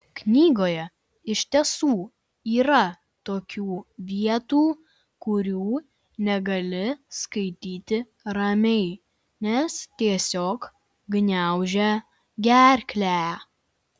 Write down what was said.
knygoje iš tiesų yra tokių vietų kurių negali skaityti ramiai nes tiesiog gniaužia gerklę